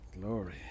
Glory